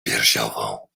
piersiową